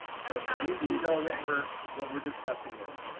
so so at least we know what we're what we're discussing now.